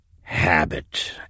Habit